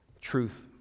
truth